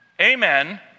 Amen